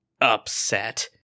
upset